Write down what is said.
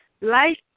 life